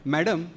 Madam